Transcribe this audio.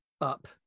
up